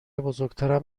بزرگترم